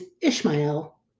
Ishmael